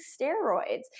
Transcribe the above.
steroids